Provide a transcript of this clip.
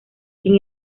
sin